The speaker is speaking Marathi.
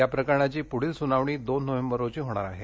या प्रकरणाची पुढील सुनावणी दोन नोव्हेंबरला होणार आहे